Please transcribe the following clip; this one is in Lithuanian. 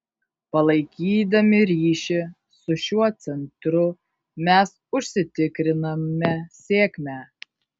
palaikydami ryšį su šiuo centru mes užsitikriname sėkmę